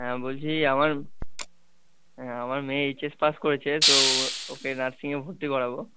হ্যাঁ বলছি যে আমার আমার মেয়ে এইচএস পাশ করেছে তো ও ওকে নার্সিংয়ে ভর্তি করাবো